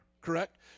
correct